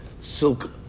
silk